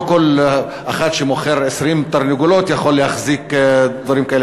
לא כל אחד שמוכר 20 תרנגולות יכול להחזיק דברים כאלה.